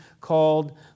called